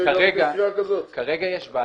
כרגע יש בעיה.